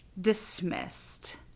Dismissed